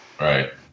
Right